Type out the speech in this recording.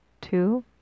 two